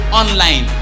online